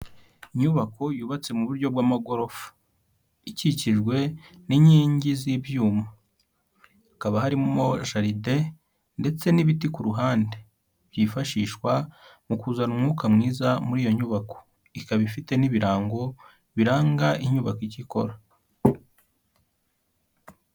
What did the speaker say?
Inyubako yubatse mu buryo bw'amagorofa, ikikijwe n'inkingi z'ibyuma. Hakaba harimo jaride ndetse n'ibiti ku ruhande byifashishwa mu kuzana umwuka mwiza muri iyo nyubako. Ikaba ifite n'ibirango biranga inyubako icyo ikora.